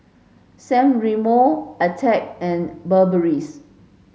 San Remo Attack and Burberry's